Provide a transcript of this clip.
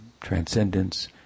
transcendence